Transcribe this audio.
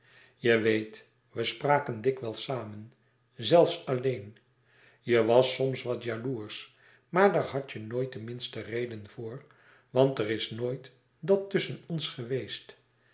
je weet we spraken dikwijls samen zelfs alleen je was soms wat jaloersch maar daar hadt je nooit de minste reden voor want er is nooit dat tusschen ons geweest